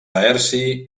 laerci